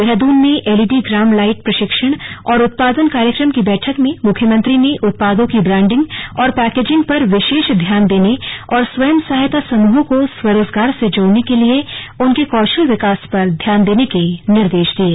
देहरादून में एलईडी ग्राम लाईट प्रशिक्षण और उत्पादन कार्यक्रम की बैठक में मुख्यमंत्री ने उत्पादों की ब्रांडिंग और पैकेजिंग पर विशेष ध्यान देने और स्वयं सहायता समूहों को स्वरोजगार से जोड़ने के लिए उनके कौशल विकास पर ध्यान देने के निर्देश दिये